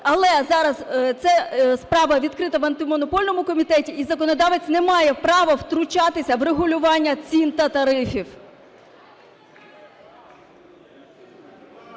але зараз це справа відкрита в Антимонопольному комітеті і законодавець не має права втручатися в регулювання цін та тарифів.